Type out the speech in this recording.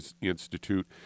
Institute